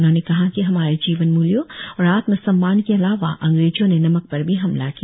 उन्होंने कहा कि हमारे जीवन मूल्यों और आत्म सम्मान के अलावा अंग्रेजों ने नमक पर भी हमला किया